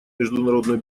международную